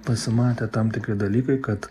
pasimatė tam tikri dalykai kad